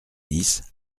dix